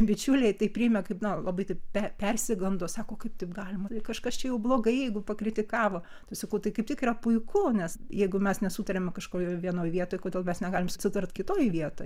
bičiuliai tai priėmė kaip na labai taip pe persigando sako kaip taip galima kažkas čia jau blogai jeigu pakritikavo tai sakau tai kaip tik yra puiku nes jeigu mes nesutariame kažkurioj vienoj vietoj tai kodėl mes negalim susitart kitoj vietoj